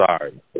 sorry